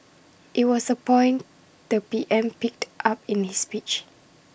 IT was A point the P M picked up in his speech